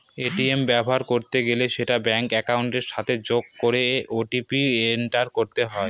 ATM ব্যবহার করতে গেলে সেটা ব্যাঙ্ক একাউন্টের সাথে যোগ করে ও.টি.পি এন্টার করতে হয়